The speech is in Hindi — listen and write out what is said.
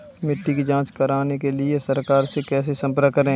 मिट्टी की जांच कराने के लिए सरकार से कैसे संपर्क करें?